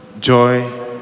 Joy